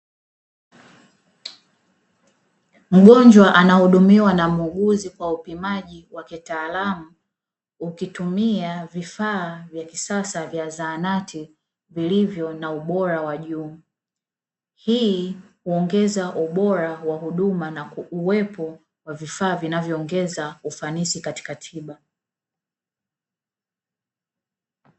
Mgonjwa anahudumiwa na muuguzi Kwa upimaji wa kitaalamu, ukitumia vifaa vya kisasa vya zahanati vilivyo na ubora wa juu. Hii huongeza ubora wa huduma na uwepo wa vifaaa vinavyoongeza ufanisi katika tiba.